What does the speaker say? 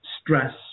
stress